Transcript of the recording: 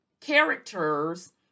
characters